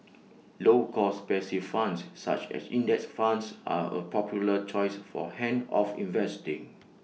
low cost passive funds such as index funds are A popular choice for hands off investing